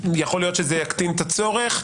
יכול להיות שזה יקטין את הצורך,